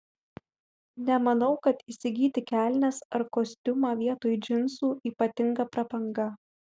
nemanau kad įsigyti kelnes ar kostiumą vietoj džinsų ypatinga prabanga